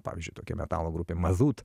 pavyzdžiui tokia metalo grupė mazut